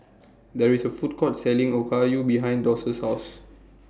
There IS A Food Court Selling Okayu behind Doss' House